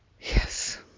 Yes